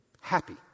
happy